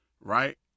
right